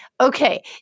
okay